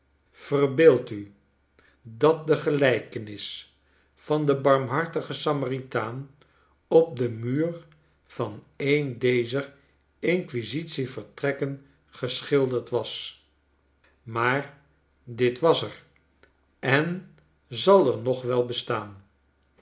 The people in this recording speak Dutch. verbeeld u dat de gelijkenis van den barmhartigen samaritaan op den muur van een dezer inquisitievertrekken geschilderd was maar dit was er en zal er nog wel bestaan